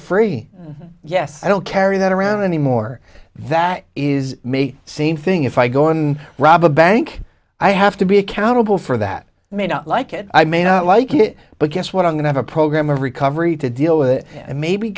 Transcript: free yes i don't carry that around anymore that is me same thing if i go on rob a bank i have to be accountable for that may not like it i may not like it but guess what i'm going to have a program of recovery to deal with it and maybe